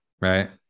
right